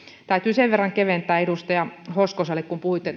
täytyy sen verran keventää edustaja hoskonen kun puhuitte